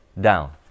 down